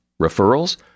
Referrals